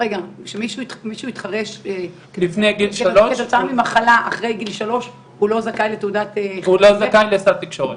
כשמישהו התחרש כתוצאה ממחלה אחרי גיל שלוש הוא לא זכאי לסל תקשורת?